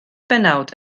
bennawd